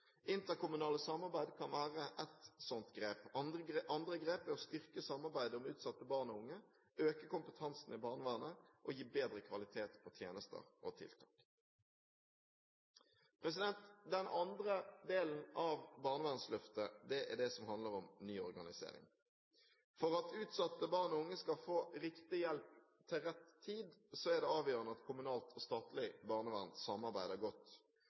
Interkommunalt samarbeid kan være ett sånt grep. Andre grep er å styrke samarbeidet om utsatte barn og unge, øke kompetansen i barnevernet og gi bedre kvalitet på tjenester og tiltak. Den andre delen av barnevernsløftet er det som handler om ny organisering. For at utsatte barn og unge skal få riktig hjelp til rett tid, er det avgjørende at kommunalt og statlig barnevern samarbeider godt.